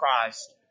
Christ